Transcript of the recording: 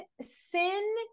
Sin